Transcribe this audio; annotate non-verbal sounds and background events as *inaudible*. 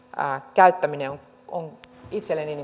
käyttämisestä on on itselleni *unintelligible*